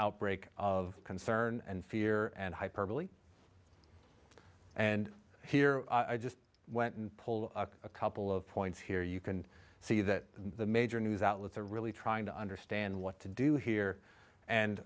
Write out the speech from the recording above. outbreak of concern and fear and hyperbole and here i just went and pull up a couple of points here you can see that the major news outlets are really trying to understand what to do here and